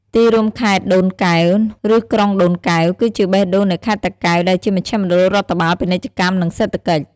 ទីរួមខេត្តដូនកែវ ឬក្រុងដូនកែវ គឺជាបេះដូងនៃខេត្តតាកែវ ដែលជាមជ្ឈមណ្ឌលរដ្ឋបាល ពាណិជ្ជកម្ម និងសេដ្ឋកិច្ច។